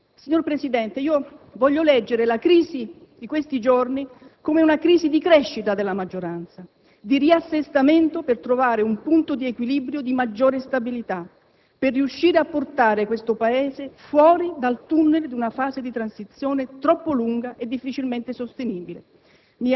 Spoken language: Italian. Signor Presidente, voglio leggere la crisi di questi giorni come una crisi di crescita della maggioranza, di riassestamento, per trovare un punto di equilibrio di maggiore stabilità, per riuscire a portare questo Paese fuori dal tunnel di una fase di transizione troppo lunga e difficilmente sostenibile.